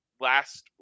Last